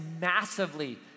massively